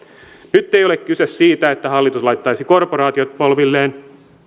nyt ei ole kyse siitä että hallitus laittaisi korporaatiot polvilleen